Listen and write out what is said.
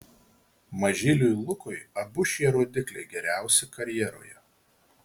mažyliui lukui abu šie rodikliai geriausi karjeroje